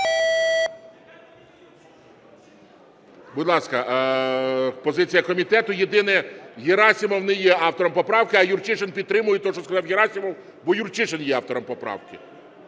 Будь ласка, позиція комітету. Єдине, Герасимов не є автором поправки, а Юрчишин підтримує те, що сказав Герасимов, бо Юрчишин є автором поправки.